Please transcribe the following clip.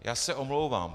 Já se omlouvám.